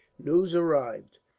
news arrived,